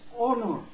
honor